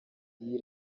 iyi